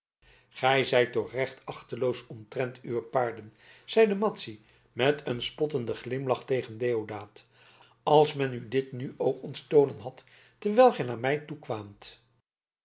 gij zijt toch recht achteloos omtrent uwe paarden zeide madzy met een spottenden glimlach tegen deodaat als men u dit nu ook ontstolen had terwijl gij naar mij toe kwaamt